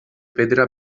pedra